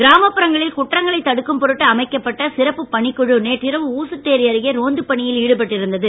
கிராமப்புறங்களில் குற்றங்களைத் தடுக்கும் பொருட்டு அமைக்கப்பட்ட சிறப்புப் பணிக் குழு நேற்றிரவு ஊசுட்டேரி அருகே ரோந்துப் பணியில் ஈடுபட்டு இருந்தது